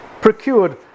procured